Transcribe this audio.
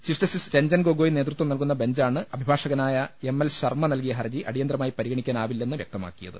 chief justice Ranjan Gogoi നേതൃത്വം നൽകുന്ന ബെഞ്ചാണ് അഭിഭാഷകനായ എം എൽ ശർമ്മ നൽകിയ ഹർജി അടിയന്തരമായി പരിഗണിക്കാനാവില്ലെന്ന് വൃക്തമാക്കിയത്